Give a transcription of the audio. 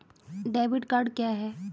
Debit card क्या है?